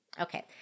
Okay